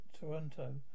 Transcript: Toronto